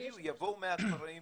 יבואו מהכפרים.